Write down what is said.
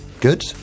good